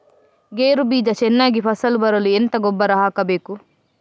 ಗೇರು ಬೀಜ ಚೆನ್ನಾಗಿ ಫಸಲು ಬರಲು ಎಂತ ಗೊಬ್ಬರ ಹಾಕಬೇಕು?